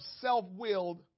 self-willed